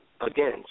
Again